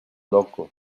loco